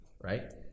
right